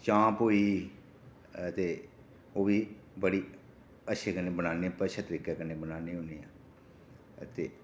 चाम्प होई ते ओह्बी बड़ी अच्छी बनान्ने ते बड़े अच्छे तरीके कन्नै बनान्ने आं ते